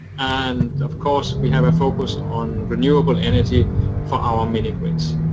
and of course we have a focus on renewable energy for our mini-grids.